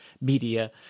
media